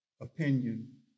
opinion